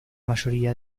mayoría